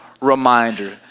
reminder